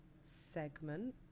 segment